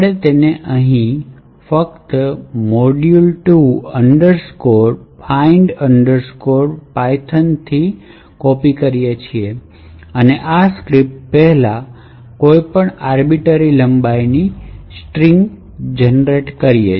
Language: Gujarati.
આપણે તેને ફક્ત અહીં module2find payload થી કોપી કરીએ છીએ અને આ સ્ક્રિપ્ટ પહેલાં કોઈપણ આર્બિટોરી લંબાઈની સ્ટિંગ પેદા કરશે